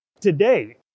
today